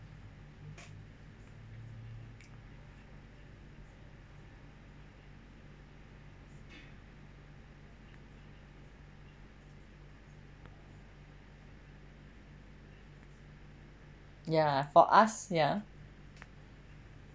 ya for us ya